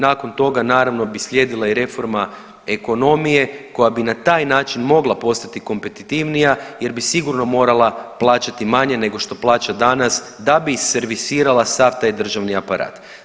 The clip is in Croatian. Nakon toga naravno bi slijedila i reforma ekonomije koja bi na taj način mogla postati kompetitivnija jer bi sigurno morala plaćati manje nego što plaća danas da bi servisirala sav taj državni aparat.